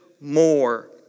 more